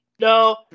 No